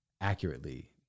accurately